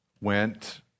went